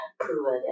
poor